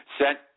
Sent